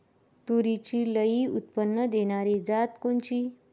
तूरीची लई उत्पन्न देणारी जात कोनची?